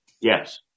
Yes